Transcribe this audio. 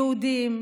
יהודים,